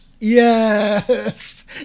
yes